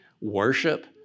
worship